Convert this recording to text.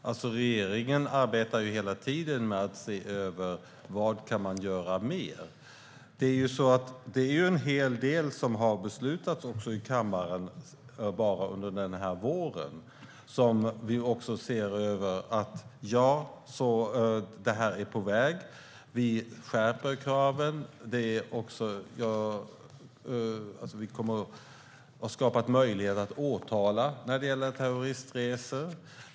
Herr talman! Regeringen arbetar hela tiden med att se över vad man mer kan göra. En hel del har beslutats i kammaren under våren, och vi ser att det är på väg. Vi skärper kraven och har skapat möjlighet att åtala för terroristresor.